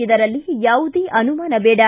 ಇದರಲ್ಲಿ ಯಾವುದೇ ಅನುಮಾನ ದೇಡ